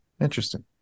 Interesting